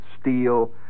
steel